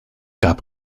gab